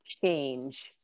change